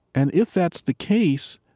and if that's the case,